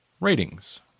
Ratings